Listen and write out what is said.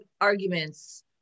arguments